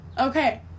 Okay